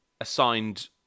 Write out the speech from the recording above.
assigned